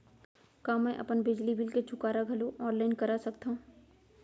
का मैं अपन बिजली बिल के चुकारा घलो ऑनलाइन करा सकथव?